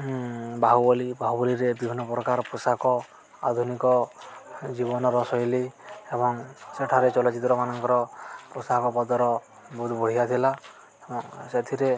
ବାହୁବଲି ବାହୁବଲିରେ ବିଭିନ୍ନ ପ୍ରକାର ପୋଷାକ ଆଧୁନିକ ଜୀବନର ଶୈଲୀ ଏବଂ ସେଠାରେ ଚଳଚ୍ଚିତ୍ର ମାନଙ୍କର ପୋଷାକପତ୍ର ବହୁତ ବଢ଼ିଆ ଥିଲା ସେଥିରେ